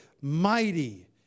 mighty